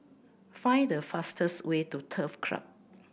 find the fastest way to Turf Club